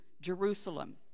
Jerusalem